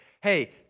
hey